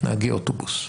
נהגי אוטובוס,